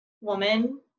woman